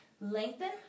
Lengthen